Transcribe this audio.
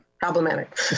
Problematic